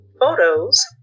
photos